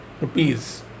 rupees